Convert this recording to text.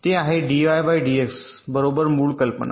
ते आहे D Y D X बरोबर मूळ कल्पना